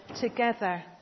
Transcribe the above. together